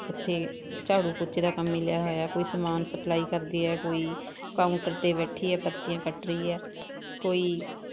ਉੱਥੇ ਝਾੜੂ ਪੋਚੇ ਦਾ ਕੰਮ ਮਿਲਿਆ ਹੋਇਆ ਕੋਈ ਸਮਾਨ ਸਪਲਾਈ ਕਰਦੀ ਹੈ ਕੋਈ ਕਾਊਂਟਰ 'ਤੇ ਬੈਠੀ ਹੈ ਪਰਚੀਆਂ ਕੱਟ ਰਹੀ ਹੈ ਕੋਈ